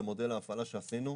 במודל ההפעלה שעשינו,